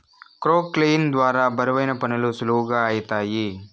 క్రొక్లేయిన్ ద్వారా బరువైన పనులు సులువుగా ఐతాయి